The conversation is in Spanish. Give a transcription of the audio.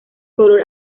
color